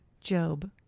Job